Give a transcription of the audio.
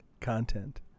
content